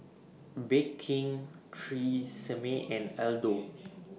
Bake King Tresemme and Aldo